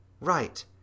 Right